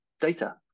data